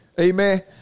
Amen